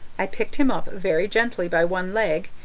i picked him up very gently by one leg,